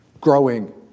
Growing